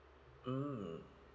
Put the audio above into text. mm